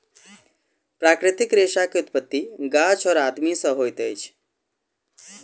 प्राकृतिक रेशा के उत्पत्ति गाछ और आदमी से होइत अछि